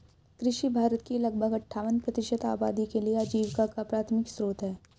कृषि भारत की लगभग अट्ठावन प्रतिशत आबादी के लिए आजीविका का प्राथमिक स्रोत है